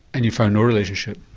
and you find no relationship.